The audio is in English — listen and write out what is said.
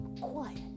quiet